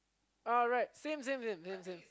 alright same same same same same